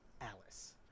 Alice